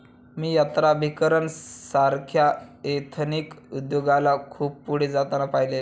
मी यात्राभिकरण सारख्या एथनिक उद्योगाला खूप पुढे जाताना पाहिले आहे